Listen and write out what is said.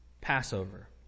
Passover